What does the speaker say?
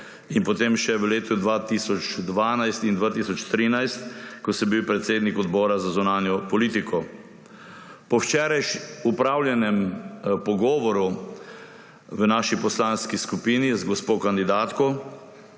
in potem še v letih 2012 in 2013, ko sem bil predsednik Odbora za zunanjo politiko. Po včeraj opravljenem pogovoru v naši poslanski skupini z gospo kandidatko